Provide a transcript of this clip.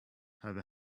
have